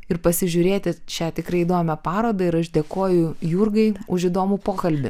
ir pasižiūrėti šią tikrai įdomią parodą ir aš dėkoju jurgai už įdomų pokalbį